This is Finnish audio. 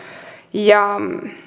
ja